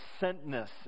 sentness